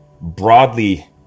broadly